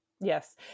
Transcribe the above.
Yes